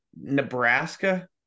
Nebraska